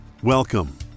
Welcome